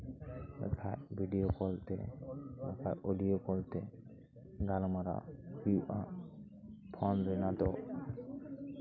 ᱵᱟᱠᱷᱟᱡ ᱵᱷᱤᱰᱭᱳ ᱠᱚᱞᱛᱮ ᱵᱟᱠᱷᱟᱡ ᱚᱰᱤᱭᱳ ᱠᱚᱞᱛᱮ ᱜᱟᱞᱢᱟᱨᱟᱜ ᱦᱩᱭᱩᱜᱼᱟ ᱯᱷᱳᱱ ᱨᱮᱱᱟᱜ ᱫᱚ